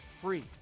free